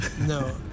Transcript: no